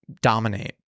dominate